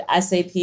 SAP